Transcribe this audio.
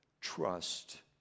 trust